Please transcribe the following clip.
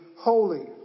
holy